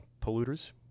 polluters